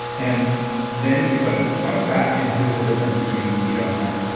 and then you put a ton of fat, and here's the difference between keto and that.